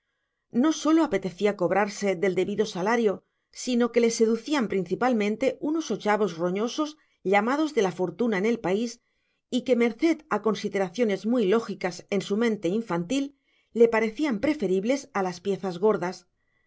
no sólo apetecía cobrarse del debido salario sino que le seducían principalmente unos ochavos roñosos llamados de la fortuna en el país y que merced a consideraciones muy lógicas en su mente infantil le parecían preferibles a las piezas gordas